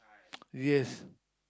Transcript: yes